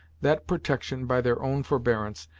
that protection by their own forbearance,